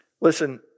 Listen